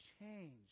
change